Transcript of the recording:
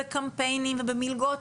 בקמפיינים ובמלגות,